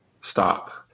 stop